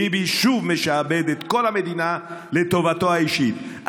ביבי שוב משעבד את כל המדינה לטובתו האישית.